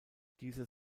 dieses